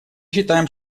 считаем